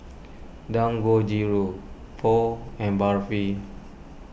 Dangojiru Pho and Barfi